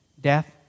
death